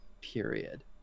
period